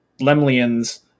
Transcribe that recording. Lemlian's